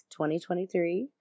2023